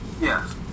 Yes